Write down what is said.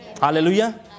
Hallelujah